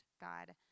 God